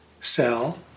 cell